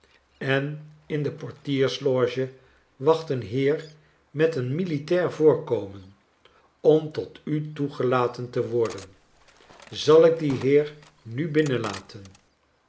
en in de portier sloge wacht een heer met een militair voorkomen om tot u toegelaten te worden zal ik dien heer nu binnenlaten